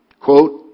quote